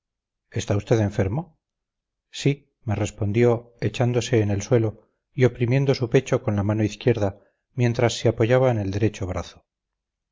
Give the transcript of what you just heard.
está usted enfermo sí me respondió echándose en el suelo y oprimiendo su pecho con la mano izquierda mientras se apoyaba en el derecho brazo